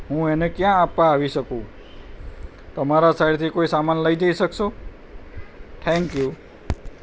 હું એને કયા આપવા આવી શકું તમારા સાઈડથી કોઈ સામાન લઈ જઈ શકશો થેંક્યું